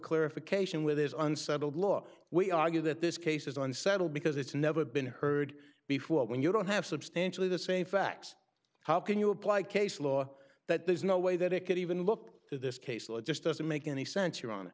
clarification with his unsettled law we argue that this case is unsettled because it's never been heard before when you don't have substantially the same facts how can you apply case law that there's no way that it could even look at this case law just doesn't make any sense your own